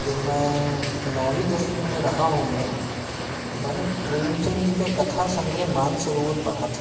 जब मैं नौवीं दसवीं में रहा होऊंगा तो मैंने प्रेमचंद जी का कथा संग्रह मानसरोवर पढ़ा था